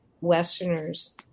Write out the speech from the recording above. Westerners